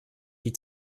die